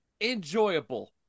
Enjoyable